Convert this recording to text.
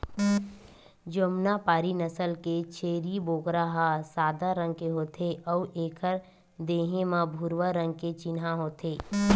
जमुनापारी नसल के छेरी बोकरा ह सादा रंग के होथे अउ एखर देहे म भूरवा रंग के चिन्हा होथे